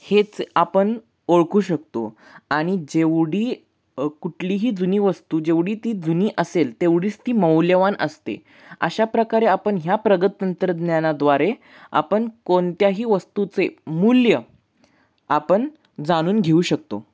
हेच आपण ओळखू शकतो आणि जेवढी कुठलीही जुनी वस्तू जेवढी ती जुनी असेल तेवढीच ती मौल्यवान असते अशा प्रकारे आपण ह्या प्रगत तंत्रज्ञानाद्वारे आपण कोणत्याही वस्तूचे मूल्य आपण जाणून घेऊ शकतो